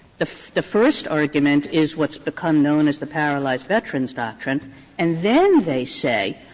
the the first argument is what's become known as the paralyzed veterans doctrine and then they say,